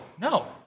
No